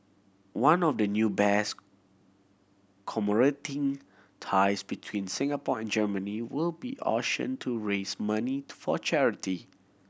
one of the new bears commemorating ties between Singapore and Germany will be auctioned to raise money for charity